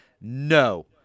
no